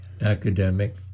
academic